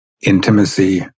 Intimacy